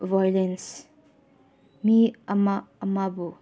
violence ꯃꯤ ꯑꯃ ꯑꯃꯕꯨ